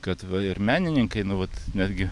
kad va ir menininkai nu vat netgi